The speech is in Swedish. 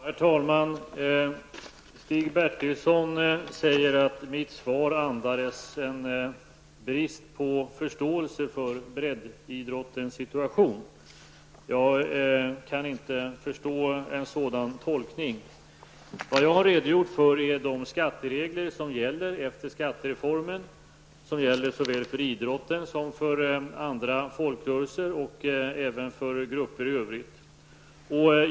Herr talman! Stig Bertilsson säger att mitt svar andades en brist på förståelse för breddidrottens situation. Jag kan inte förstå en sådan tolkning. Vad jag har redogjort för är de skatteregler som gäller efter skattereformen, de regler som gäller såväl för idrotten som för andra folkrörelser och även för grupper i övrigt.